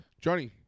Johnny